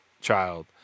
child